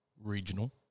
regional